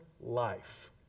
life